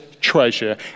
treasure